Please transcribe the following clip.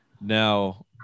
Now